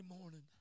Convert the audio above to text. morning